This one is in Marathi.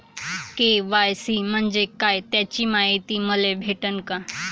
के.वाय.सी म्हंजे काय त्याची मायती मले भेटन का?